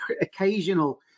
occasional